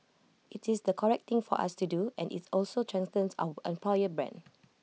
IT is the correct thing for us to do and IT also strengthens our employer brand